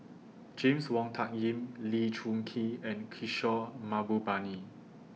James Wong Tuck Yim Lee Choon Kee and Kishore Mahbubani